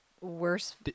worse